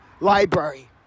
Library